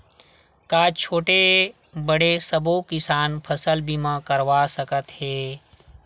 का छोटे बड़े सबो किसान फसल बीमा करवा सकथे?